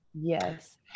Yes